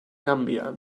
gambia